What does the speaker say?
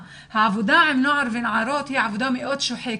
העבודה עם נוער ונערות היא עבודה מאוד שוחקת.